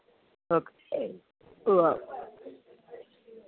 okay ഉവ്വ